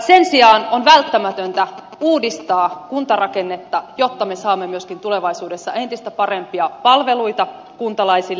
sen sijaan on välttämätöntä uudistaa kuntarakennetta jotta me saamme myöskin tulevaisuudessa entistä parempia palveluita kuntalaisille